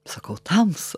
sakau tamsu